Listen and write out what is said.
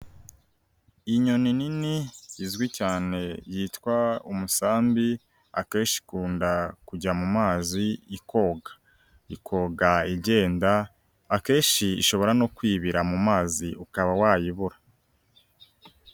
Inyoni nini izwi cyane yitwa umusambi akenshi ikunda kujya mu mazi koga, ikoga igenda akenshi ishobora no kwibira mu mu mazi ukaba wayibura.